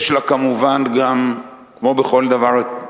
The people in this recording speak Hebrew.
יש לה, כמובן, כמו בכל דבר, צללים,